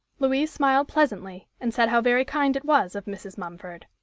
louise smiled pleasantly, and said how very kind it was of mrs. mumford.